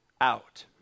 out